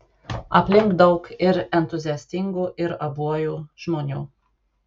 aplink daug ir entuziastingų ir abuojų žmonių